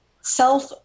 self